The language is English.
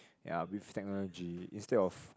ya with technology instead of